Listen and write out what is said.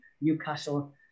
Newcastle